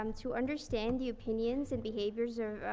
um to understand the opinions and behaviours